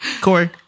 Corey